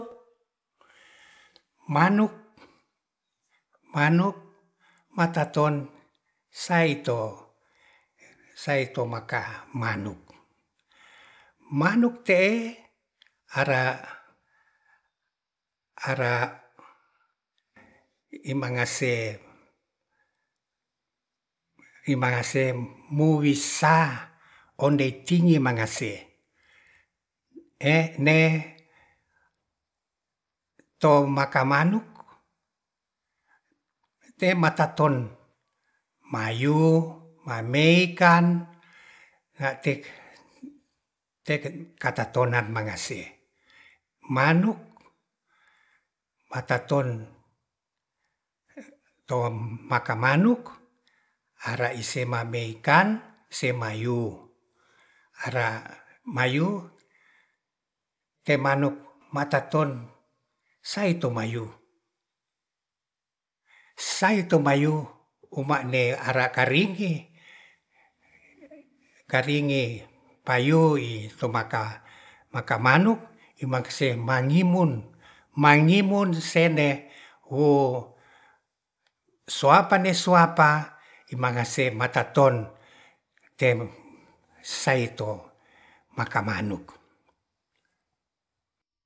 Manuk. manuk mataton saito, saikto maka manuk, manuk te'e ara. ara imangase muwisa ondei cinge mangase e'ne to makamanuk te mataton mayu mamei'kan natik teken kata tonan mangase manuk mataton tom maka manuk ara ise maikan se mayi ara mayu te manuk mataton saito mayu, saito mayu uma'ne ara karigi. karingi payui tomaka maka manuk imak semangimun, mangimun sene wo suapan ne suapa mangase mataton ten saito maka manuk